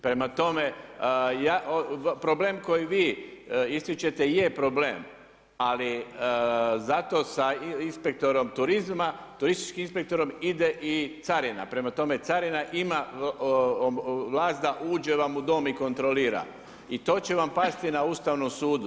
Prema tome, problem koji vi ističete je problem, ali za to sa inspektorom turizma, turističkim inspektorom ide i Carina, prema tome Carina ima vlast da uđe vam u dom i kontrolira i to će vam pasti na Ustavnom sudu.